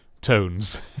tones